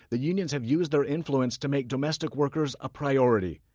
the unions have used their influence to make domestic workers a priority.